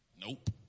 Nope